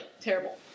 Terrible